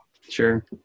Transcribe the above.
Sure